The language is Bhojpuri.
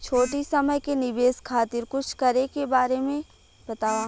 छोटी समय के निवेश खातिर कुछ करे के बारे मे बताव?